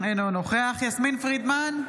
אינו נוכח יסמין פרידמן,